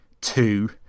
two